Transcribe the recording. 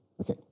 Okay